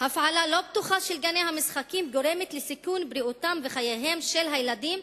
הפעלה לא בטוחה של גני המשחקים גורמת לסיכון בריאותם וחייהם של הילדים,